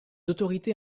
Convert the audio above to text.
autorités